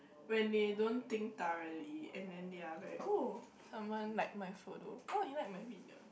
when they don't think thoroughly and then they are very oh someone like my photo oh he like my video